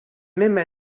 même